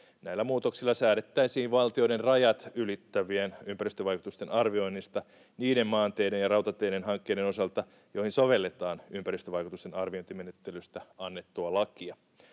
Näillä muutoksilla säädettäisiin valtioiden rajat ylittävien ympäristövaikutusten arvioinnista niiden maanteiden ja rautateiden hankkeiden osalta, joihin sovelletaan ympäristövaikutusten arviointimenettelystä annettua lakia.